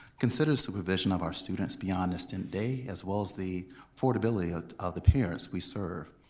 consider supervision of our students beyond the state day as well as the affordability of the parents we serve,